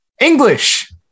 English